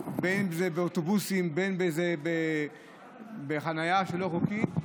בין אם זה באוטובוסים ובין אם בחניה לא חוקית,